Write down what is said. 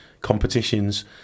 competitions